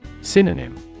Synonym